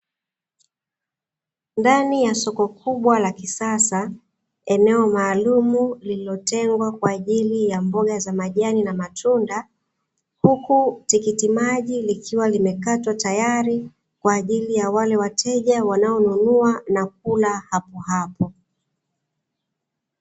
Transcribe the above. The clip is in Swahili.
Ndani ya soko kubwa la kisasa, eneo maalumu lililotengwa kwa ajili ya mboga za majani na matunda, huku tikiti maji likiwa limekatwa tayari kwa ajili ya wale wateja wanaonunua na kula hapo hapo.